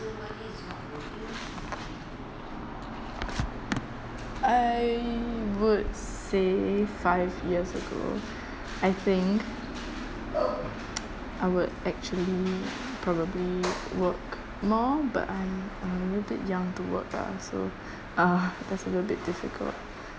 I would say five years ago I think I would actually probably work more but I'm a little bit young to work lah so uh that's a little bit difficult